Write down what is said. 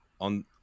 on